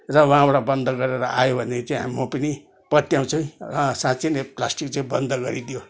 र वहाँबाट बन्द गरेर आयो भने चाहिँ हा म पनि पत्याउँछु है अँ साँच्चै नै प्लास्टिक चाहिँ बन्द गरिदियो